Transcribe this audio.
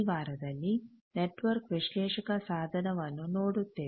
ಈ ವಾರದಲ್ಲಿ ನೆಟ್ವರ್ಕ್ ವಿಶ್ಲೇಷಕ ಸಾಧನವನ್ನು ನೋಡುತ್ತೇವೆ